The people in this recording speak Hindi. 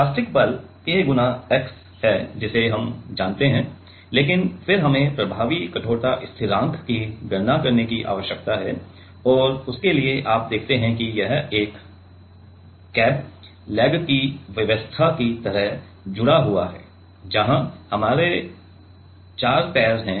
एलास्टिक बल K x है जिसे हम जानते हैं लेकिन फिर हमें प्रभावी कठोरता स्थिरांक की गणना करने की आवश्यकता है और उसके लिए आप देखते हैं कि यह एक क्रैब लेग की व्यवस्था की तरह जुड़ा हुआ है जहां हमारे चार पैर हैं